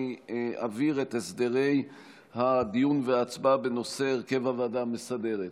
אני אבהיר את הסדרי הדיון וההצבעה בנושא הרכב הוועדה המסדרת.